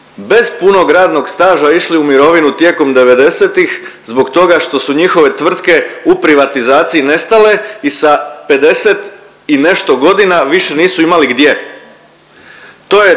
bez punog radnog staža išli u mirovinu tijekom devedesetih zbog toga što su njihove tvrtke u privatizaciji nestale i sa 50 i nešto godina više nisu imali gdje.